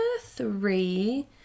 three